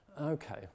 okay